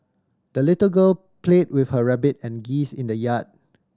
the little girl played with her rabbit and geese in the yard